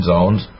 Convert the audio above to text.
Zones